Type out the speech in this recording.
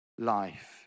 life